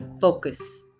focus